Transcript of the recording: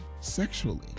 sexually